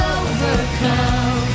overcome